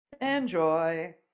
Enjoy